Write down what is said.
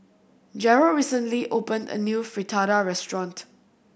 Jerrell recently opened a new Fritada restaurant